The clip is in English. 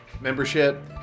membership